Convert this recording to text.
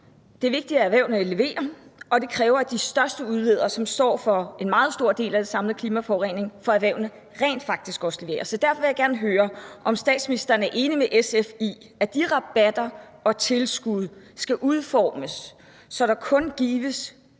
Det er vigtigt, at erhvervene leverer, og det kræver, at de største udledere, som står for en meget stor del af den samlede klimaforurening for erhvervene, rent faktisk også leverer. Så derfor vil jeg gerne høre, om statsministeren er enig med SF i, at de rabatter og tilskud skal udformes, så det kun gives